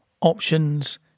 Options